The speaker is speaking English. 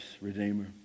Redeemer